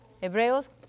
Hebreos